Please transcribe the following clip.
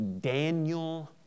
Daniel